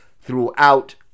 throughout